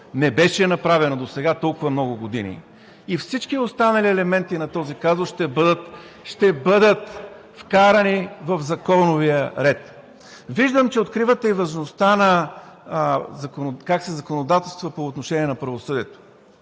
не беше направено досега толкова много години. И всички останали елементи на този казус ще бъдат вкарани в законовия ред. Виждам, че откривате и важността как се законодателства по отношение на правосъдието.